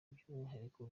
by’umwihariko